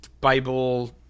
Bible